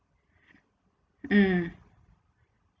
mm